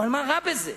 אבל מה רע בזה?